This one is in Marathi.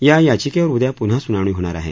या याचिकेवर उद्या पुन्हा सुनावणी होणार आहे